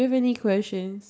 like other subject